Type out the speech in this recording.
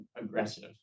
aggressive